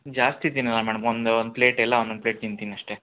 ಜಾಸ್ತಿ ತಿನ್ನಲ್ಲ ಮೇಡಮ್ ಒಂದು ಒಂದು ಪ್ಲೇಟೆಲ್ಲ ಒಂದು ಒಂದು ಪ್ಲೇಟ್ ತಿಂತೀನಿ ಅಷ್ಟೇ